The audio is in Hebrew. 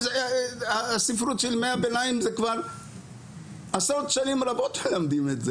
מלמדים את הספרות של ימי הביניים כבר עשרות רבות של שנים.